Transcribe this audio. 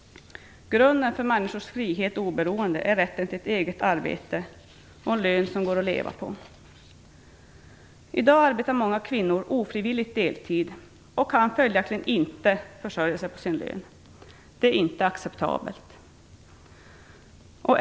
Grunden för människors frihet och oberoende är rätten till ett eget arbete och en lön som går att leva på. I dag arbetar många kvinnor ofrivilligt deltid och kan följaktligen inte försörja sig på sin lön. Det är inte acceptabelt.